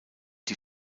die